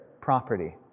property